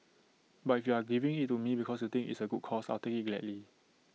but if you are giving IT to me because you think it's A good cause I'll take IT gladly